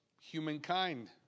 humankind